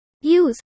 Use